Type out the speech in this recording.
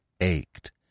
ached